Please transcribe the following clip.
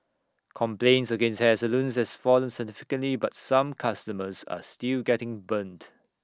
complaints against hair salons has fallen significantly but some customers are still getting burnt